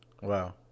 Wow